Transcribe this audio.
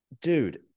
dude